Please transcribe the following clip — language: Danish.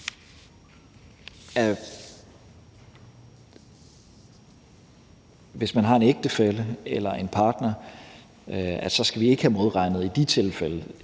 hvis man har en ægtefælle eller en partner, skal der ikke modregnes i de tilfælde